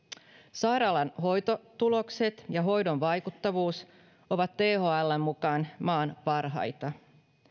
sairaalan hoitotulokset ja hoidon vaikuttavuus ovat thln mukaan maan parhaita